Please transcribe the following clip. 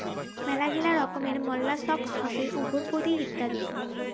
মেলাগিলা রকমের মোল্লাসক্স হসে উভরপদি ইত্যাদি